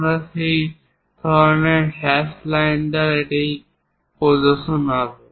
আমরা এই ধরনের হ্যাশ লাইন দ্বারা এটি প্রদর্শন হবে